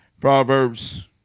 Proverbs